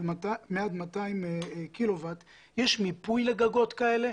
200-100 קילוואט האם יש מיפוי לגגות כאלה?